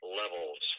levels